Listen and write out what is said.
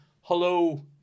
Hello